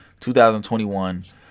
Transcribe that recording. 2021